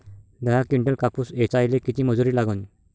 दहा किंटल कापूस ऐचायले किती मजूरी लागन?